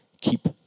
keep